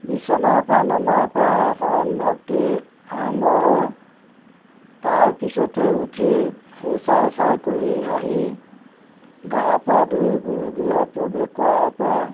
বিচনাৰ পা নমাৰ পৰাই শৰণ ভক্তি আৰম্ভ হয় তাৰ পিছতে উঠি শৌচাৰ চাৰ কৰি আহি গা পা ধুই গুৰু গৃহত প্ৰৱেশ কৰাৰ পৰা